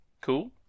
cool